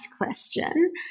question